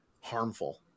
harmful